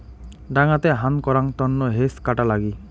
ডাঙাতে হান করাং তন্ন হেজ কাটা লাগি